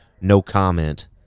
no-comment